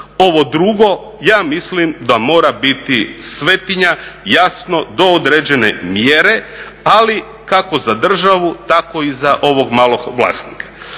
ovo drugo ja mislim da mora biti svetinja, jasno do određene mjere ali kako za državu tako i za ovog malog vlasnika.